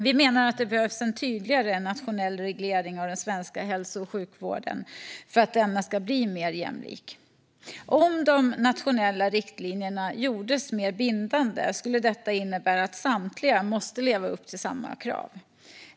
Vi menar att det behövs en tydligare nationell reglering av den svenska hälso och sjukvården för att denna ska bli mer jämlik. Om de nationella riktlinjerna gjordes mer bindande skulle detta innebära att samtliga måste leva upp till samma krav.